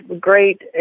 great